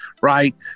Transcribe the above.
right